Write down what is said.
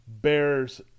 Bears